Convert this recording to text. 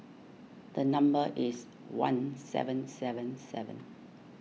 the number is one seven seven seven